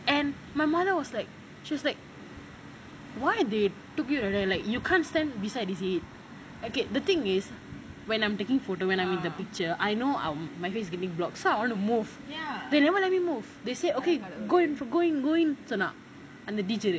and my mother was like she was like why they put you like that like you can't stand beside is it okay the thing is when I am taking photo when I am in the picture I know I am my face getting blocked so I want to move they never let me move they say okay go in go in go in சொன்ன அந்த:sonna antha